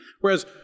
Whereas